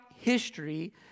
history